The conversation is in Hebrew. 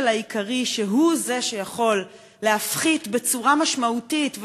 העיקרי שהוא זה שיכול להפחית בצורה משמעותית,